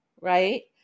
right